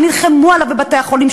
שנלחמו עליו בבתי-החולים,